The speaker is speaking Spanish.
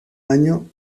año